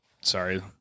Sorry